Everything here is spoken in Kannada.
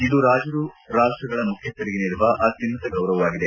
ಇದು ರಾಜರು ರಾಷ್ಟಗಳ ಮುಖ್ಯಸ್ಥರಿಗೆ ನೀಡುವ ಅತ್ಯುನ್ನತ ಗೌರವವಾಗಿದೆ